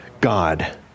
God